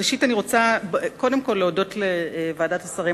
ראשית אני רוצה להודות לוועדת השרים